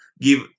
give